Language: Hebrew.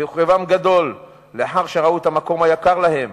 וכאבם גדול לאחר שראו את המקום היקר להם,